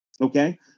Okay